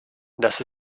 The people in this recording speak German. das